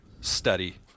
study